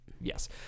Yes